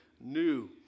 new